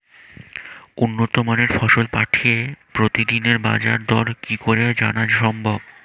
উন্নত মানের ফসল পাঠিয়ে প্রতিদিনের বাজার দর কি করে জানা সম্ভব?